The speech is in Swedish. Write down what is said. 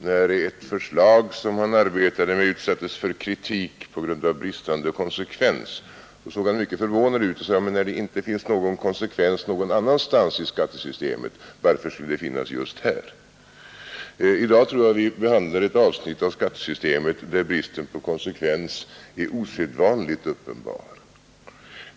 När ett förslag som han arbetade med utsattes för kritik på grund av dess bristande konsekvens såg han mycket förvånad ut och sade: ”När det inte finns någon konsekvens någon annanstans i skattesystemet, varför skulle det då finnas just här?” I dag behandlar vi ett avsnitt av skattesystemet, där jag tror att bristen på konsekvens är osedvanligt uppenbar.